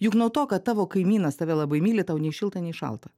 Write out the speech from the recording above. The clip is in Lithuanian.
juk nuo to kad tavo kaimynas tave labai myli tau nei šilta nei šalta